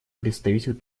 представитель